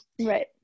right